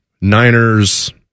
Niners